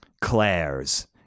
Claire's